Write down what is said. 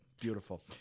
Beautiful